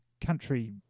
country